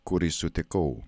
kurį sutikau